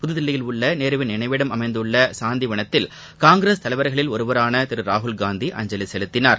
புதுதில்லியில் உள்ள நேருவின் நினைவிடம் அமைந்துள்ள சாந்திவனத்தில் காங்கிரஸ் தலைவர்களில் ஒருவரான திரு ராகுல் காந்தி அஞ்சலி செலுத்தினார்